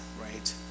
right